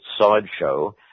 Sideshow